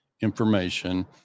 information